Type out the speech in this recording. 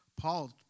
Paul